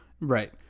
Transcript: right